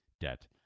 debt